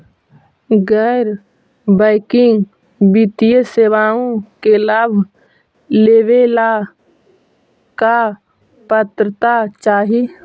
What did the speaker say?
गैर बैंकिंग वित्तीय सेवाओं के लाभ लेवेला का पात्रता चाही?